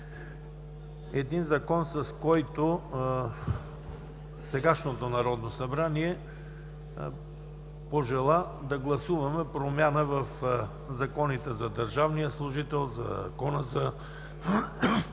един Закон, с който сегашното Народно събрание пожела да гласуваме промяна в Закона за държавния служител и Закона за